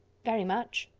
very much.